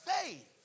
faith